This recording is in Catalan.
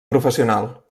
professional